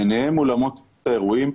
ביניהם אולמות האירועים,